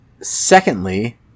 Secondly